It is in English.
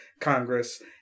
Congress